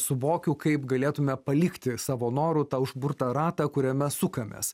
suvokiu kaip galėtume palikti savo noru tą užburtą ratą kuriame sukamės